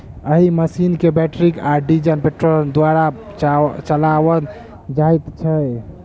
एहि मशीन के बैटरी आ डीजल पेट्रोल द्वारा चलाओल जाइत छै